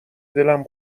دلم